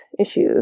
issues